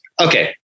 Okay